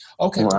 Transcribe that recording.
Okay